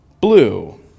blue